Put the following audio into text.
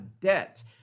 debt